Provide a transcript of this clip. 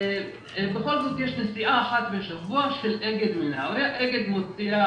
בכל זאת יש נסיעה אחת בשבוע של אגד מנהריה אגד מוציאה